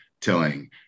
tilling